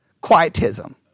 Quietism